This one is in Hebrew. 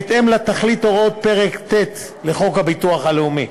בהתאם לתכלית הוראות פרק ט' לחוק הביטוח הלאומי.